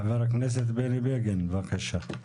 ח"כ בני בגין בבקשה.